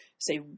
say